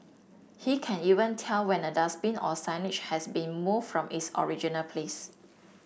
he can even tell when a dustbin or signage has been moved from its original place